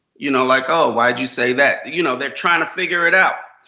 you know like oh, why did you say that? you know they're trying to figure it out.